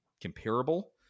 comparable